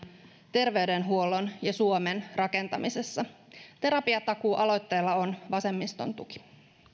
terveydenhuollon ja suomen rakentamisessa terapiatakuu aloitteella on vasemmiston tuki